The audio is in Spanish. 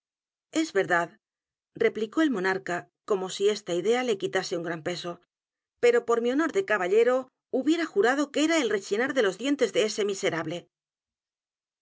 es verdad replicó el monarca como si esta idea le quitase un gran p e s o pero por mi honor de caballero h u b i e r r a j u r a d o que era el rechinar de los dientes de ese miserable